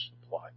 supply